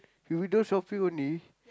you window shopping only